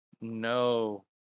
No